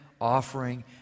offering